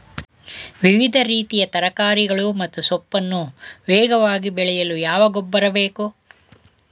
ವಿವಿಧ ರೀತಿಯ ತರಕಾರಿಗಳು ಮತ್ತು ಸೊಪ್ಪನ್ನು ವೇಗವಾಗಿ ಬೆಳೆಯಲು ಯಾವ ಗೊಬ್ಬರ ಬೇಕು?